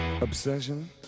obsession